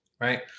Right